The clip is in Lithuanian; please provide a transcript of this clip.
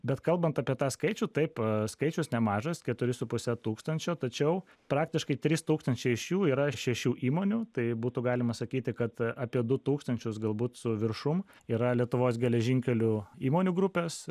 bet kalbant apie tą skaičių taip skaičius nemažas keturi su puse tūkstančio tačiau praktiškai trys tūkstančiai iš jų yra šešių įmonių tai būtų galima sakyti kad apie du tūkstančius galbūt su viršum yra lietuvos geležinkelių įmonių grupės